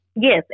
Yes